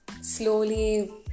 slowly